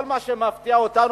כל מה שמפתיע אותנו,